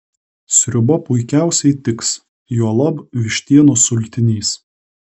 sriuba puikiausiai tiks juolab vištienos sultinys